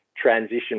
transition